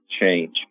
change